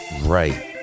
Right